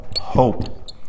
hope